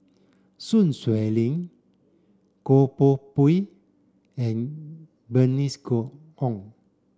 Sun Xueling Goh Poh Pui and Bernice Co Ong